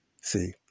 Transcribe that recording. See